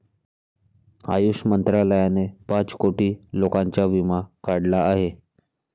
आयुष मंत्रालयाने पाच कोटी लोकांचा विमा काढला आहे